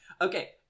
Okay